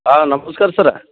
ಹಾಂ ನಮ್ಸ್ಕಾರ ಸರ